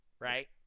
Right